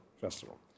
festival